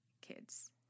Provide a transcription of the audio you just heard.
kids